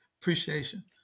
appreciation